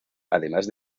además